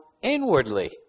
inwardly